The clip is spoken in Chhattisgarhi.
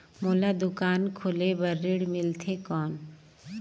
मोला दुकान खोले बार ऋण मिलथे कौन?